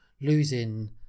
losing